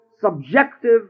subjective